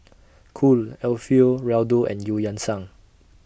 Cool Alfio Raldo and EU Yan Sang